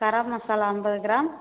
கரம் மசாலா ஐம்பது கிராம்